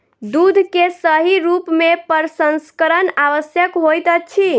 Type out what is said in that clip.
दूध के सही रूप में प्रसंस्करण आवश्यक होइत अछि